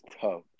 tough